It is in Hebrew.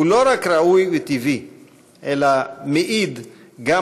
הן לא רק ראויות וטבעיות אלא גם מעידות